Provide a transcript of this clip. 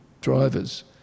drivers